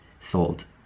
sold